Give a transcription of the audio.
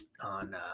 on